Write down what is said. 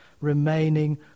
remaining